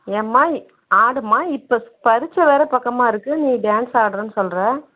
ஏம்மா ஆடும்மா இப்போ பரீட்சை வேறு பக்கமாக இருக்கு நீ டான்ஸ் ஆடுறேன்னு சொல்லுற